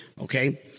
Okay